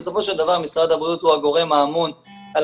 בסופו של דבר משרד הבריאות הוא הגורם האמון על